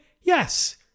Yes